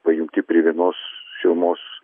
pajungti prie vienos šilumos